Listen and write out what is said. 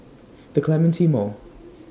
The Clementi Mall